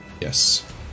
Yes